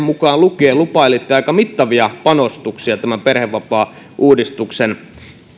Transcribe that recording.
mukaan lukien lupailivat aika mittavia panostuksia tämän perhevapaauudistuksen